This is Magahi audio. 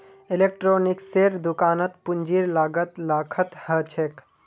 इलेक्ट्रॉनिक्सेर दुकानत पूंजीर लागत लाखत ह छेक